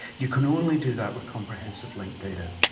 you can only do that with comprehensive linked data.